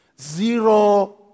zero